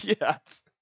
Yes